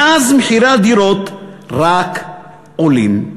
מאז, מחירי הדירות רק עולים,